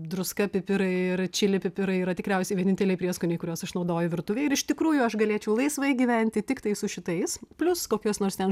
druska pipirai ir čilė pipirai yra tikriausiai vieninteliai prieskoniai kuriuos aš naudoju virtuvėj ir iš tikrųjų aš galėčiau laisvai gyventi tiktai su šitais plius kokios nors ten